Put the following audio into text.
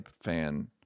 fan